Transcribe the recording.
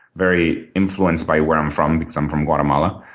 very influenced by where i'm from because i'm from guatemala,